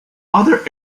other